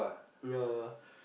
yeah yeah